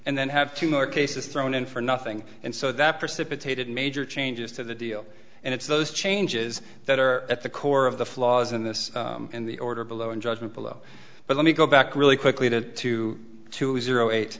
and then have two more cases thrown in for nothing and so that precipitated major changes to the deal and it's those changes that are at the core of the flaws in this and the order below in judgment below but let me go back really quickly to two two zero eight